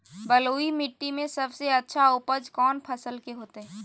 बलुई मिट्टी में सबसे अच्छा उपज कौन फसल के होतय?